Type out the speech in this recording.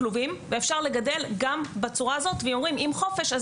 שאפשר לגדל גם בכלובים ואפשר לגדל גם בצורה הזאת ואומרים אם חופש,